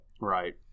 Right